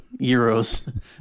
Euros